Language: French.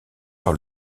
par